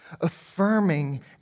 Affirming